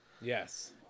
Yes